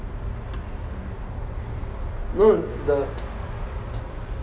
no the